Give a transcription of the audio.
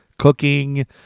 Cooking